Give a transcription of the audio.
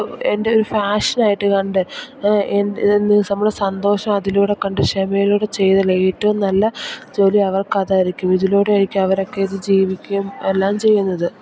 എൻ്റെ ഒരു എൻ്റെ ഒരു ഫാഷനായിട്ട് കണ്ട് നമ്മുടെ സന്തോഷം അതിലൂടെ കണ്ട് ക്ഷമയിലൂടെ ചെയ്താലേ ഏറ്റവും നല്ല ജോലി അവർക്ക് അതായിരിക്കും ഇതിലൂടെ ആയിരിക്കും അവരക്കെ ഇത് ജീവിക്കേം എല്ലാം ചെയ്യുന്നത്